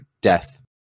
death